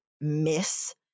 miss